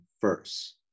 first